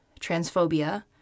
transphobia